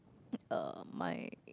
uh my